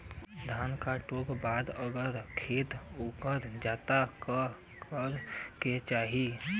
धान कांटेके बाद अगर खेत उकर जात का करे के चाही?